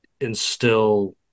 instill